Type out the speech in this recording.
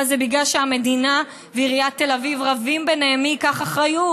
אבל זה בגלל שהמדינה ועיריית תל אביב רבים ביניהם מי ייקח אחריות.